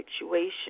situation